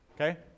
Okay